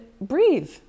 breathe